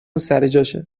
سرجاشه